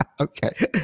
Okay